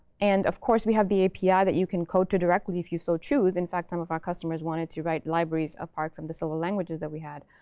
and of course, we have the api that you can code to directly if you so choose. in fact, some of our customers wanted to write libraries apart from the f so languages that we had.